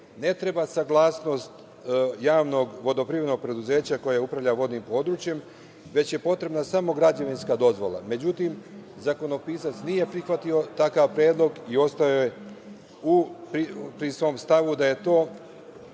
ne treba saglasnost Javnog vodoprivrednog preduzeća koje upravlja vodnim područjem, već je potrebna samo građevinska dozvola. Međutim, zakonopisac nije prihvatio takav predlog i ostao je pri svom stavu da je to